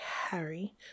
Harry